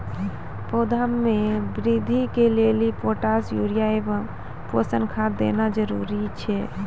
पौधा मे बृद्धि के लेली पोटास यूरिया एवं पोषण खाद देना जरूरी छै?